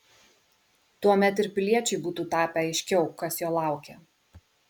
tuomet ir piliečiui būtų tapę aiškiau kas jo laukia